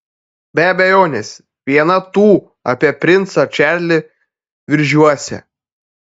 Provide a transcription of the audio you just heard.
be abejonės viena tų apie princą čarlį viržiuose